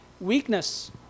weakness